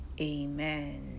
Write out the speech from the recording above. Amen